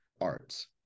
arts